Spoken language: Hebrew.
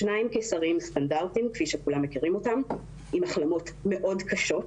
שניים מהם קיסרים סטנדרטיים עם החלמות מאוד קשות,